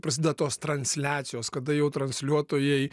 praside tos transliacijos kada jau transliuotojai